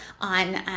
on